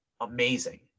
amazing